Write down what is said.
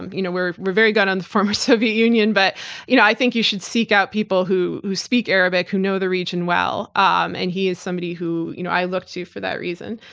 and you know we're we're very good on the former soviet union but you know i think you should seek out people who who speak arabic, who know the region well um and he is somebody who you know i look to for that reason.